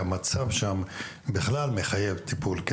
כי המצב שם בכלל מחייב טיפול,